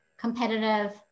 competitive